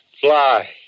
fly